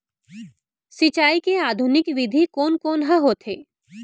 सिंचाई के आधुनिक विधि कोन कोन ह होथे?